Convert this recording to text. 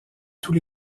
tous